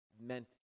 meant